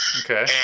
Okay